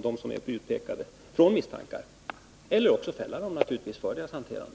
dem som utpekats från misstankar eller fälla dem för hanteringen.